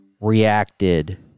reacted